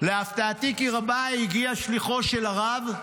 להפתעתי כי רבה, הגיע שליחו של הרב,